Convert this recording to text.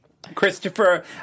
Christopher